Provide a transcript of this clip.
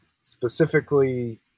specifically